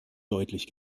deutlich